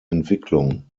entwicklung